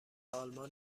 آلمان